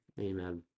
Amen